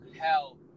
hell